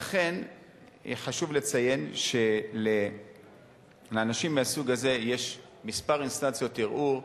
חשוב לציין שלאנשים מהסוג הזה יש כמה אינסטנציות ערעור: